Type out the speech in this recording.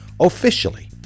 officially